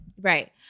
Right